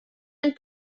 and